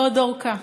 לעוד ארכה.